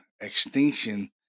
extinction